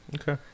Okay